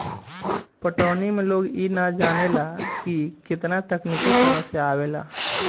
पटवनी में लोग इ ना जानेला की केतना तकनिकी समस्या आवेला